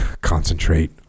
concentrate